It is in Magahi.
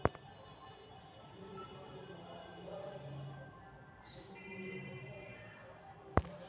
अप्रत्यक्ष कर के भी कर के एक रूप ही मानल जाहई